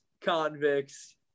convicts